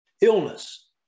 illness